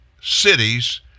cities